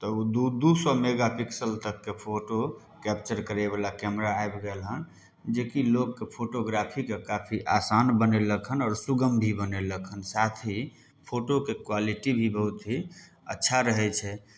तऽ उ दू दू सए मेगा पिक्सल तकके फोटो कैप्चर करयवला कैमरा आबि गेल हन जेकि लोकके फोटोग्राफीके काफी आसान बनेलक हन आओर सुगम भी बनेलक हन साथ ही फोटोके क्वालिटी भी बहुत ही अच्छा रहय छै